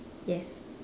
yes